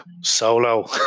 solo